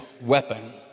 weapon